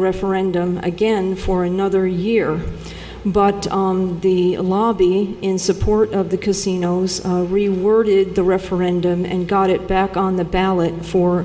referendum again for another year but the lobby in support of the casinos reworded the referendum and got it back on the ballot for